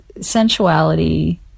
sensuality